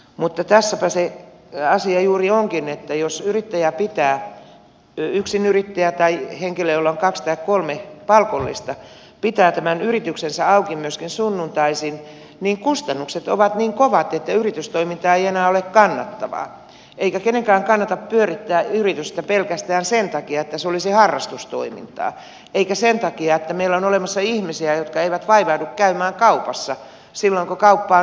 mutta tässäpä se asia juuri onkin että jos yrittäjä yksinyrittäjä tai henkilö jolla on kaksi tai kolme palkollista pitää tämän yrityksensä auki myöskin sunnuntaisin niin kustannukset ovat niin kovat että yritystoiminta ei enää ole kannattavaa eikä kenenkään kannata pyörittää yritystä pelkästään sen takia että se olisi harrastustoimintaa eikä sen takia että meillä on olemassa ihmisiä jotka eivät vaivaudu käymään kaupassa silloin kun kauppa on normaalisti auki